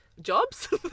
jobs